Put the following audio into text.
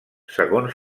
segons